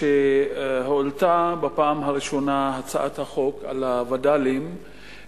כשהועלתה בפעם הראשונה הצעת החוק על הווד"לים,